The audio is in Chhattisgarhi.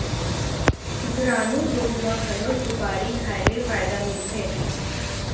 सुकरानू रोग म घलो सुपारी खाए ले फायदा मिलथे